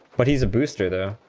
but he's a boost but